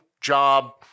job